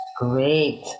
Great